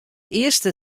earste